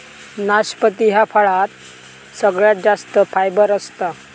नाशपती ह्या फळात सगळ्यात जास्त फायबर असता